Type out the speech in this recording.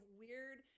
weird